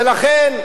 ולכן,